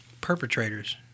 perpetrators